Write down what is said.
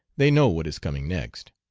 they know what is coming next.